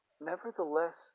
nevertheless